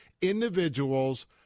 individuals